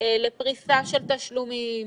לפריסה של תשלומים.